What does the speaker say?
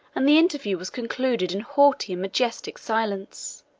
and the interview was concluded in haughty and majestic silence.